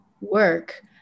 work